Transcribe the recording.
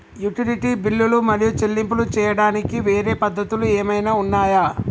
Utility బిల్లులు మరియు చెల్లింపులు చేయడానికి వేరే పద్ధతులు ఏమైనా ఉన్నాయా?